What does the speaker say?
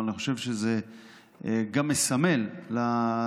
אבל אני חושב שזה גם מסמן לחברה,